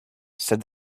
said